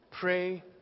pray